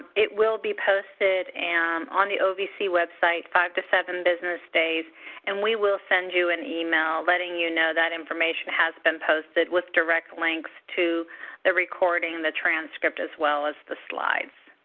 it will be posted and on the ovc website five to seven business days and we will send you an email letting you know that information has been posted with direct links to the recording, the transcript, as well as the slides.